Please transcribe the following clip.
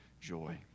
joy